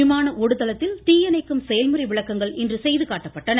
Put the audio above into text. விமான ஒடுதளத்தில் தீயணைக்கும் செயல்முறை விளக்கங்கள் இன்று செய்து காட்டப்பட்டன